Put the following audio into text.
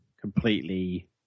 completely